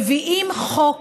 מביאים חוק,